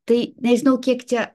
tai nežinau kiek čia